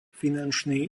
finančný